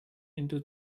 into